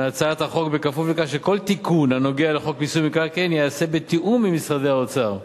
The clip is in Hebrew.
כך שכל תיקון הנוגע לחוק מיסוי מקרקעין ייעשה בתיאום עם משרדי האוצר,